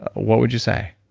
what would you say?